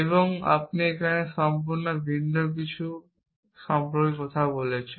এবং আপনি এখানে সম্পূর্ণ ভিন্ন কিছু এবং এখানে সম্পূর্ণ ভিন্ন কিছু সম্পর্কে কথা বলছেন